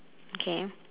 okay